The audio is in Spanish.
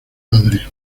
padre